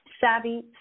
Savvy